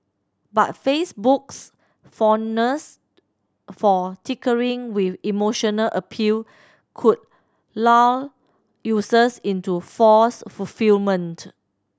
but Facebook's fondness for tinkering with emotional appeal could lull users into false fulfilment